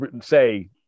say